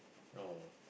no